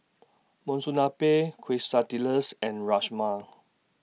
Monsunabe Quesadillas and Rajma